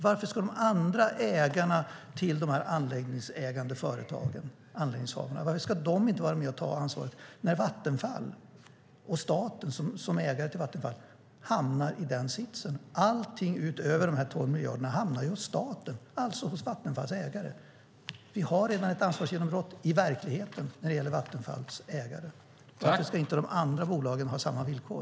Varför ska de andra ägarna till de anläggningsägande företagen inte vara med och ta ansvar när Vattenfall, och staten som ägare till Vattenfall, hamnar i den sitsen? Allting utöver de här 12 miljarderna hamnar ju hos staten, alltså hos Vattenfalls ägare. Vi har redan ett ansvarsgenombrott i verkligheten när det gäller Vattenfalls ägare. Varför ska inte de andra bolagen ha samma villkor?